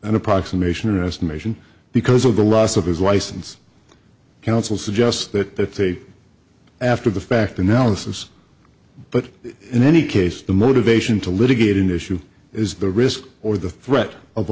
an approximation or estimation because of the loss of his license counsel suggests that they after the fact analysis but in any case the motivation to litigate an issue is the risk or the threat of